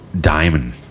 diamond